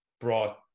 brought